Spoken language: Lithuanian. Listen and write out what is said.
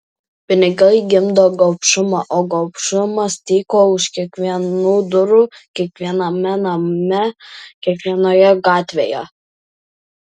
pinigai gimdo gobšumą o gobšumas tyko už kiekvienų durų kiekviename name kiekvienoje gatvėje